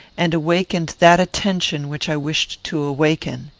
and awakened that attention which i wished to awaken.